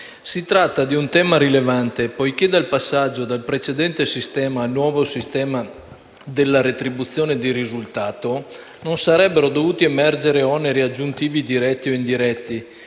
Si tratta di un tema rilevante, poiché dal passaggio dal precedente sistema al nuovo sistema della retribuzione di risultato non sarebbero dovuti emergere oneri aggiuntivi diretti o indiretti.